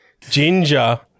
Ginger